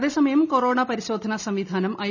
അതേസമയം കൊറോണ പരിശോധന സംവിധാനം ഐ